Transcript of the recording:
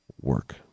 work